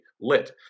lit